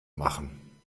machen